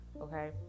okay